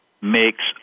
makes